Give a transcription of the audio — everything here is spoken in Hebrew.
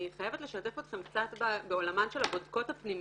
אני חייבת לשתף אתכם קצת בעולמן של הבודקות הפנימיות,